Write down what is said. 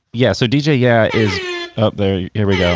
yeah. so, d j. yeah is up there. here yeah